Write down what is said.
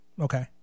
Okay